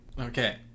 okay